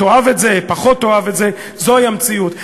תאהב את זה, פחות תאהב את זה, זוהי המציאות.